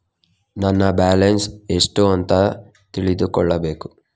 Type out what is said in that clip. ನನ್ನ ಬ್ಯಾಲೆನ್ಸ್ ಎಷ್ಟು ಅಂತ ತಿಳಿದುಕೊಳ್ಳಬೇಕು?